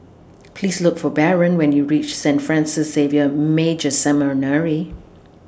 Please Look For Baron when YOU REACH Saint Francis Xavier Major Seminary